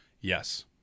Yes